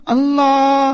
Allah